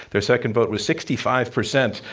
their second vote was sixty five percent.